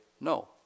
no